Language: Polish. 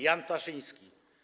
Jan Ptaszyński.